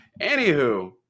Anywho